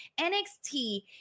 NXT